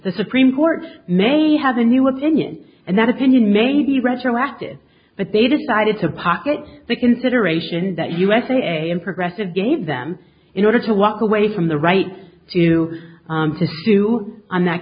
the supreme court may have a new opinion and that opinion may be retroactive but they decided to pocket the consideration that usa and progressive gave them in order to walk away from the right to sue and that